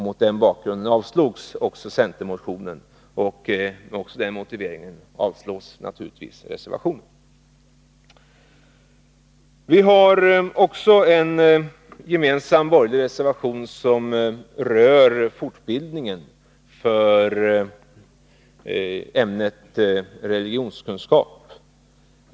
Mot den bakgrunden avstyrks centerreservationen. Det finns även en gemensam borgerlig reservation, som rör fortbildningen i ämnet religionskunskap.